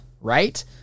right